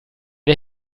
der